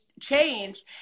change